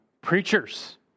preachers